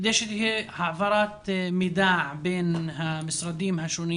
כדי שתהיה העברת מידע בין המשרדים השונים